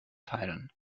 teilen